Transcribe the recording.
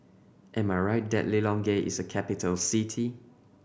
am I right that Lilongwe is a capital city